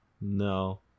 No